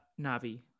Navi